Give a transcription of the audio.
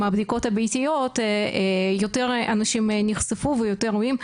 הבדיקות הביתיות יותר אנשים נחשפו ויותר אירועים.